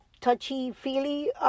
touchy-feely